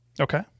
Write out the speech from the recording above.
Okay